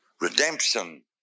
Redemption